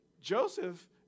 Joseph